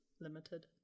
limited